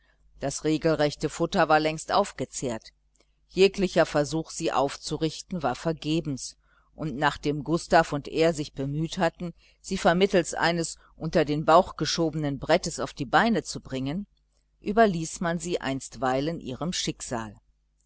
das regelrechte futter war längst aufgezehrt jeglicher versuch sie aufzurichten war vergebens und nachdem gustav und er sich bemüht hatten sie vermittels eines unter den bauch geschobenen brettes auf die beine zu bringen überließ man sie einstweilen ihrem schicksal